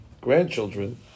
grandchildren